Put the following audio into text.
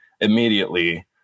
immediately